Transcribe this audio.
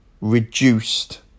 reduced